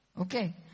Okay